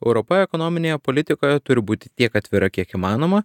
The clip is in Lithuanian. europa ekonominėje politikoje turi būti tiek atvira kiek įmanoma